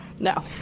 No